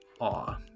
awe